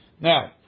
Now